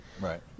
right